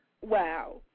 Wow